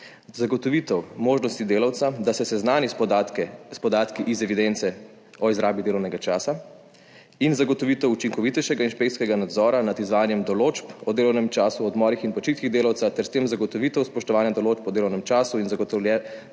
Zagotovitev možnosti delavca, da se seznani s podatki iz evidence o izrabi delovnega časa in zagotovitev učinkovitejšega inšpekcijskega nadzora nad izvajanjem določb o delovnem času, o odmorih in počitkih delavca ter s tem zagotovitev spoštovanja določb o delovnem času in za zagotavljanju